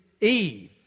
Eve